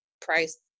price